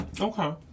okay